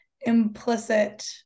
implicit